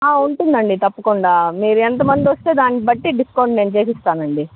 ఉంటుందండి తప్పకుండ మీరు ఎంతమందొస్తే దాన్నిబట్టి డిస్కౌంట్ నేను చేపిస్తానండి